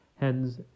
Hence